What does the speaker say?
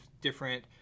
different